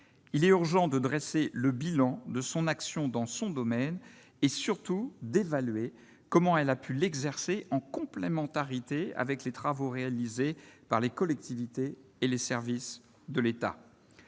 il est urgent de dresser le bilan de son action dans son domaine et surtout d'évaluer comment elle a pu l'exercer en complémentarité avec les travaux réalisés par les collectivités et les services de l'État,